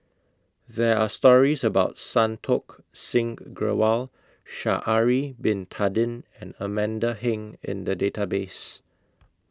There Are stories about Santokh Singh Grewal Sha'Ari Bin Tadin and Amanda Heng in The Database